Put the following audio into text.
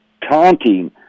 taunting